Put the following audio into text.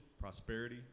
prosperity